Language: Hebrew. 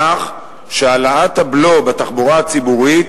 כך שהעלאת הבלו בתחבורה הציבורית